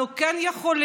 אנחנו כן יכולים,